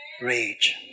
rage